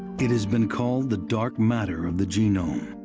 it has been called the dark matter of the genome